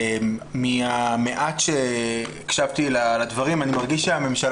מהמעט שהקשבתי לדברים אני מרגיש שהממשלה